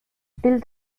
bild